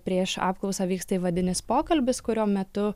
prieš apklausą vyksta įvadinis pokalbis kurio metu